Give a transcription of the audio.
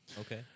Okay